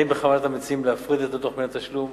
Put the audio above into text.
האם בכוונת המציעים להפריד את הדוח מהתשלום?